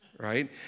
right